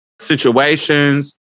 situations